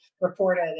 reported